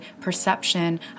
perception